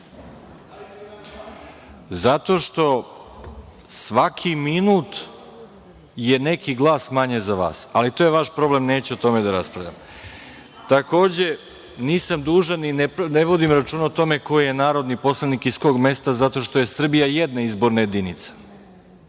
što svaki minut je neki glas manje za vas, ali to je vaš problem i neću o tome da raspravljam. Takođe, nisam dužan, ne vodim računa o tome koji je narodni poslanik iz kog mesta zato što je Srbija jedna izborna jedinica.(Srđan